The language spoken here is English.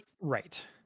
right